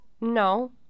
No